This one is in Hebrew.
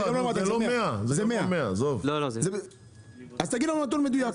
זה לא 100. אז תגיד לנו נתון מדויק.